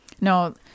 No